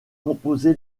composé